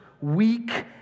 weak